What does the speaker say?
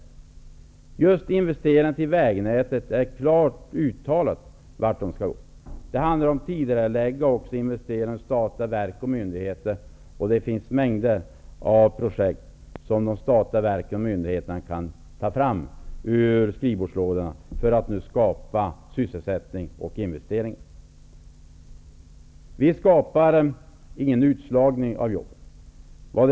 Just när det gäller investeringar i vägnätet är det klart uttalat vart pengarna skall gå. Det handlar om att tidigarelägga investeringarna också i statliga verk och myndigheter. Det finns mängder av projekt som statliga verk och myndigheter kan ta fram ur skrivbordslådorna för att skapa sysselsättning och investeringar. Vi skapar ingen utslagning av jobb.